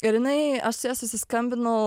ir jinai aš su ja susiskambinau